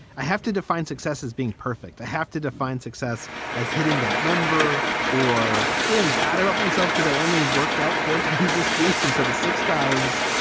i have to define success as being perfect, i have to define success as hitting that number or feeling bad about myself, because i only worked out four times this week instead of six times.